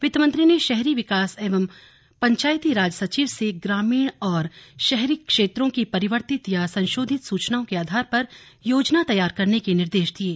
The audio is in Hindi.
वित्त मंत्री ने शहरी विकास एवं पंचायतीराज सचिव से ग्रामीण और शहरी क्षेत्रों की परिवर्तित या संशोधित सूचनाओं के आधार पर योजना तैयार करने के निर्देश दिये